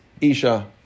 isha